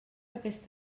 aquest